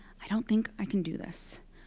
i don't think i can do this.